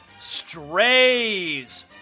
Strays